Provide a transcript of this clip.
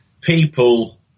People